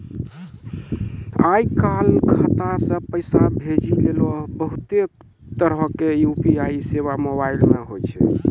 आय काल खाता से पैसा भेजै लेली बहुते तरहो के यू.पी.आई सेबा मोबाइल मे होय छै